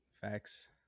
facts